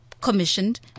commissioned